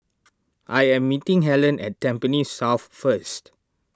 I am meeting Hellen at Tampines South first